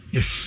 Yes